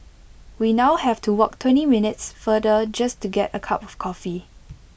we now have to walk twenty minutes farther just to get A cup of coffee